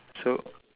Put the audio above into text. so